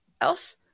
else